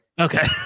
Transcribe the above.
Okay